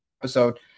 episode